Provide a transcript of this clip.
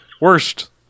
worst